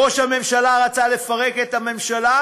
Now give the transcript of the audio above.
ראש הממשלה רצה לפרק את הממשלה